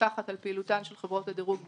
מפקחת על פעילותן של חברות הדירוג בשוק.